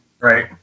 Right